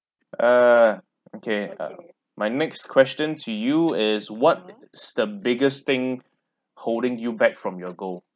uh okay uh my next question to you is what it is the biggest thing holding you back from your goal